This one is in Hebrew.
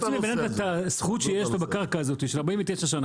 אתה לא יכול להוציא מבן אדם את הזכות שיש לו בקרקע הזאת של 49 שנה.